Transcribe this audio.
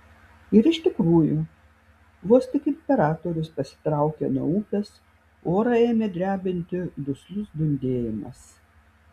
ir iš tikrųjų vos tik imperatorius pasitraukė nuo upės orą ėmė drebinti duslus dundėjimas